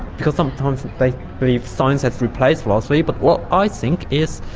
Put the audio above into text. because sometimes they believe science has replaced philosophy but what i think is,